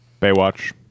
Baywatch